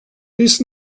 this